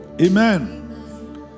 Amen